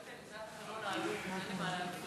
הוא לא ייתן, אין לי מה להגיש.